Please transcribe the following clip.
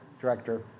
director